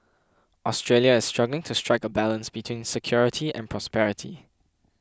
Australia is struggling to strike a balance between security and prosperity